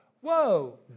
Whoa